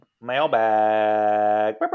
Mailbag